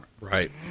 Right